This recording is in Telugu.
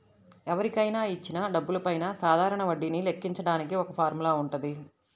ఎవరికైనా ఇచ్చిన డబ్బులపైన సాధారణ వడ్డీని లెక్కించడానికి ఒక ఫార్ములా వుంటది